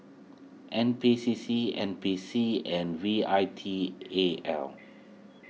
N P C C N P C and V I T A L